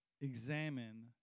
examine